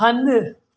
हंधि